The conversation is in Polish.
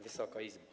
Wysoka Izbo!